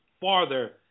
farther